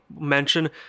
mention